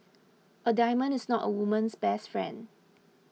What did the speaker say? a diamond is not a woman's best friend